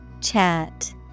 Chat